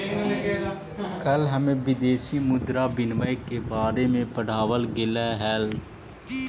कल हमें विदेशी मुद्रा विनिमय के बारे में पढ़ावाल गेलई हल